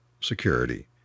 security